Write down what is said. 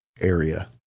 area